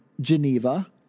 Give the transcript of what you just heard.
Geneva